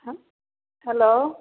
हँ हेलो